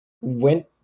went